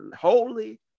holy